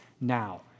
now